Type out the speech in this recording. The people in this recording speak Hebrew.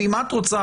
ואם את רוצה,